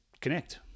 connect